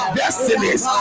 destinies